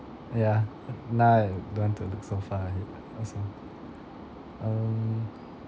yeah now I don't want to look so far ahead also um